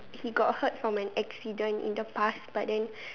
he got hurt from an accident in the past but then